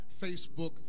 Facebook